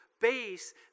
base